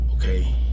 Okay